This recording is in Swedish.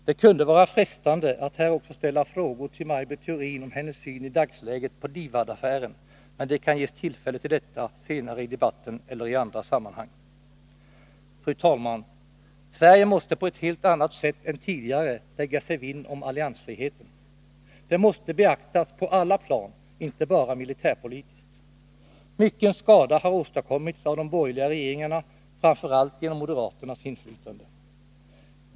Det kunde vara frestande att här också ställa frågor till Maj Britt Theorin om hennes syn i dagsläget på DIVAD-affären, men det kan ges tillfälle till detta senare i debatten eller i andra sammanhang. Fru talman! Sverige måste på ett helt annat sätt än tidigare lägga sig vinn om alliansfriheten. Den måste beaktas på alla plan, inte bara militärpolitiskt. Mycken skada har åstadkommits av de borgerliga regeringarna, framför allt genom moderaternas inflytande.